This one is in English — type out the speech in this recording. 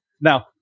Now